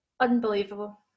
unbelievable